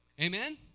Amen